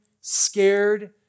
scared